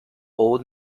old